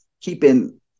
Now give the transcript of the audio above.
keeping